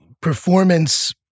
performance